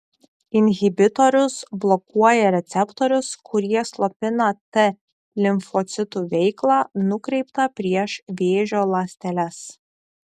inhibitorius blokuoja receptorius kurie slopina t limfocitų veiklą nukreiptą prieš vėžio ląsteles